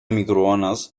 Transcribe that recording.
microones